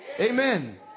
Amen